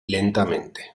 lentamente